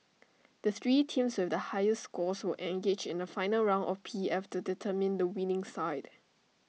the three teams with the highest scores will engage in A final round of P F to determine the winning side